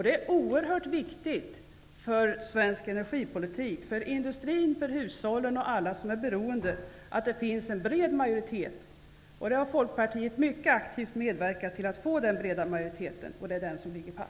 Det är oerhört viktigt för svensk energipolitik - för industrin, för hushållen och för alla andra som är beroende av den - att det finns en bred majoritet. Folkpartiet har mycket aktivt medverkat till att denna breda majoritet har skapats, och det är den som ligger fast.